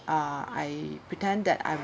uh I pretend that I'm